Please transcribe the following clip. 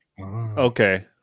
Okay